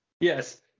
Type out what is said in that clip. Yes